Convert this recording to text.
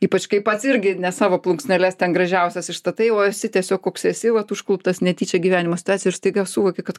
ypač kai pats irgi ne savo plunksneles ten gražiausias išstatai o esi tiesiog koks esi vat užkluptas netyčia gyvenimo situacijoj ir staiga suvoki kad